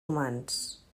humans